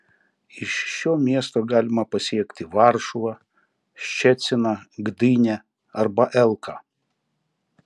iš šio miesto galima pasiekti varšuvą ščeciną gdynę arba elką